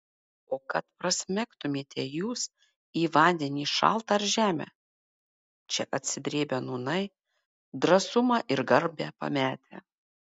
o kad prasmegtumėte jūs į vandenį šaltą ar žemę čia atsidrėbę nūnai drąsumą ir garbę pametę